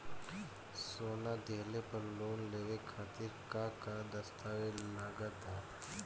सोना दिहले पर लोन लेवे खातिर का का दस्तावेज लागा ता?